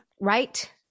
right